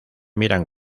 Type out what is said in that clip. miran